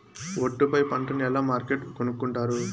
ఒట్టు పై పంటను ఎలా మార్కెట్ కొనుక్కొంటారు?